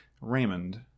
Raymond